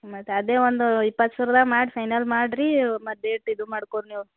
ಮತ್ತು ಅದೇ ಒಂದು ಇಪ್ಪತ್ತು ಸಾವಿರದಾಗೆ ಮಾಡಿ ಫೈನಲ್ ಮಾಡಿರಿ ಮತ್ತು ಡೇಟ್ ಇದು ಮಾಡ್ಕೊಂಡ್ ನೀವು